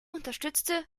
unterstützte